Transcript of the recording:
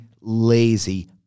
lazy